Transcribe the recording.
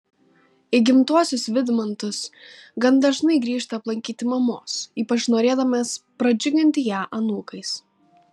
į gimtuosius vydmantus gan dažnai grįžta aplankyti mamos ypač norėdamas pradžiuginti ją anūkais